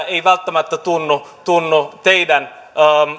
ei välttämättä tunnu tunnu teidän